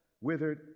withered